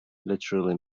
literally